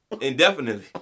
indefinitely